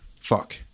fuck